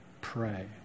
pray